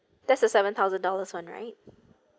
that's a seven thousand dollars one right